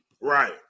Right